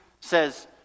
says